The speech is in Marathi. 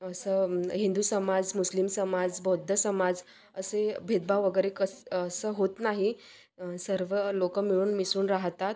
असं हिंदू समाज मुस्लिम समाज बौद्ध समाज असे भेदभाव वगैरे कस असं होत नाही सर्व लोक मिळून मिसळून राहतात